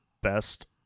best